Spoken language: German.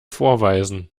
vorweisen